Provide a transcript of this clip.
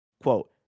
quote